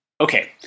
okay